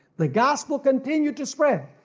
the gospel continued to spread,